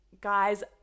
guys